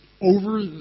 over